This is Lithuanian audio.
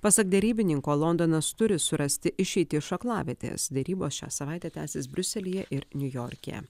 pasak derybininko londonas turi surasti išeitį iš aklavietės derybos šią savaitę tęsis briuselyje ir niujorke